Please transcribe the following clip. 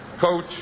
coach